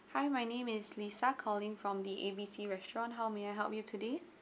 hi my name is lisa calling from the A B C restaurant how may I help you today